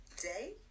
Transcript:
day